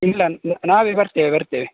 ಇಲ್ಲ ನಾವೇ ಬರ್ತೇವೆ ಬರ್ತೇವೆ